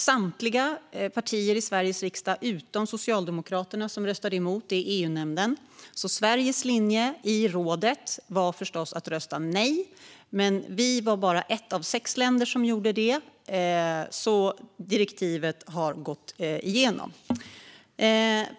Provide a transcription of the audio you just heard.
Samtliga partier i Sveriges riksdag utom Socialdemokraterna röstade emot det i EU-nämnden. Sveriges linje i rådet blev förstås då att rösta nej. Sverige var dock bara ett av sex länder som gjorde det, så direktivet gick igenom.